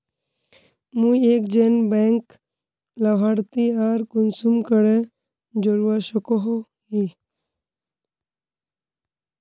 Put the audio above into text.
मुई एक जन बैंक लाभारती आर कुंसम करे जोड़वा सकोहो ही?